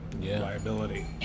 liability